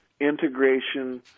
integration